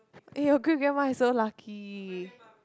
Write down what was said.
eh your great grandma is so lucky